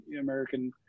American